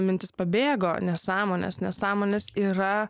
mintis pabėgo nesąmonės nesąmonės yra